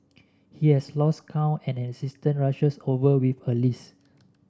he has lost count and an assistant rushes over with a list